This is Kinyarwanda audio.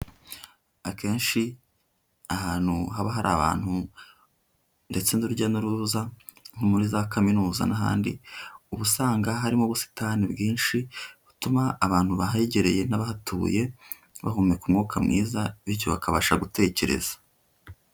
Akenshi ahantu haba hari abantu ndetse n'urujya n'uruza nko muri za kaminuza n'ahandi, ubu usanga harimo ubusitani bwinshi butuma abantu bahegereye n'abahatuye bahumeka umwuka mwiza bityo bakabasha gutekereza.